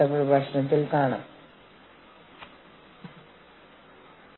അടുത്ത ലക്ച്ചറിൽ നമ്മൾ ഇന്റർനാഷണൽ ഹ്യൂമൻ റിസോഴ്സ് മാനേജ്മെന്റ് സംസാരിക്കും